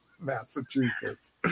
Massachusetts